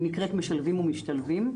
היא נקראת "משלבים ומשתלבים".